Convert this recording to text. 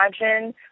imagine